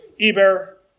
Eber